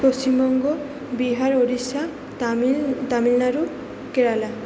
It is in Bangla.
পশ্চিমবঙ্গ বিহার উড়িষ্যা তামিল তামিলনাড়ু কেরালা